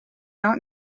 not